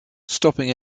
stopping